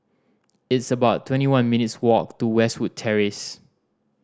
it's about twenty one minutes' walk to Westwood Terrace